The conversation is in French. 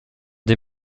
des